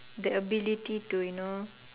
the ability to you know